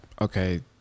okay